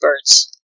birds